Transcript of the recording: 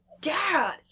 Dad